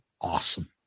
awesome